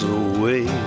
away